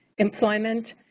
employment,